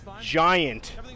giant